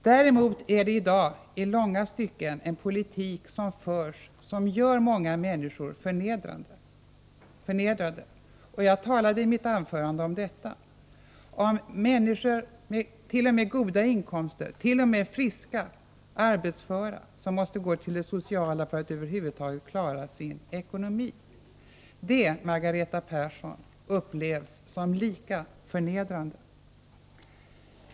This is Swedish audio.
Däremot förs i dag i långa stycken en politik som gör många människor förnedrade. Jag talade i mitt anförande om detta. Det gäller människor med goda inkomster — människor som t.o.m. är friska och arbetsföra — som måste gå till det sociala för att över huvud taget kunna klara sin ekonomi. Det upplevs som lika förnedrande som det Margareta Persson talade om.